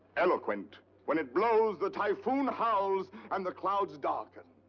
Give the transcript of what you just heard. eloquent when it blows the typhoon howls and the clouds darken.